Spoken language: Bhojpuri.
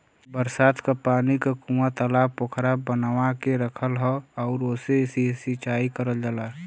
बरसात क पानी क कूंआ, तालाब पोखरा बनवा के रखल हौ आउर ओसे से सिंचाई करल जाला